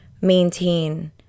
maintain